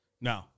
No